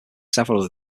several